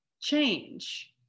change